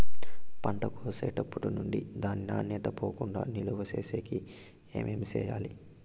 పంట కోసేటప్పటినుండి దాని నాణ్యత పోకుండా నిలువ సేసేకి ఏమేమి చేయాలి?